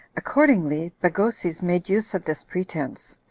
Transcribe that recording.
accordingly, bagoses made use of this pretense,